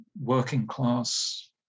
working-class